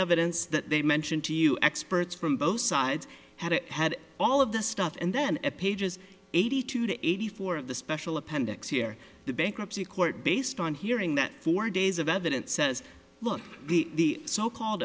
evidence that they mentioned to you experts from both sides had it had all of the stuff and then the pages eighty two to eighty four of the special appendix here the bankruptcy court based on hearing that four days of evidence says look the so called